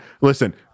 Listen